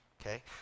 okay